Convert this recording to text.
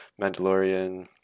mandalorian